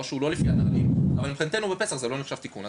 שהוא לא --- אבל מבחינתנו בפסח זה לא נחשב תיקון.